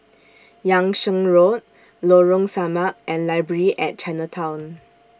Yung Sheng Road Lorong Samak and Library At Chinatown